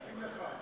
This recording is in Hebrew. מחכים לך.